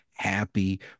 happy